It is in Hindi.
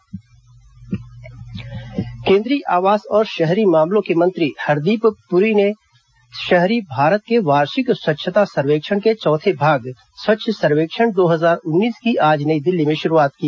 स्वच्छता सर्वेक्षण केंद्रीय आवास और शहरी मामलों के मंत्री हरदीप सिंह पुरी ने शहरी भारत के वार्षिक स्वच्छता सर्वेक्षण के चौथे भाग स्वच्छ सर्वेक्षण दो हजार उन्नीस की आज नई दिल्ली में शुरूआत की